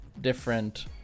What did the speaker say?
different